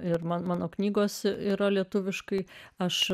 ir man mano knygos yra lietuviškai aš